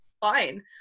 fine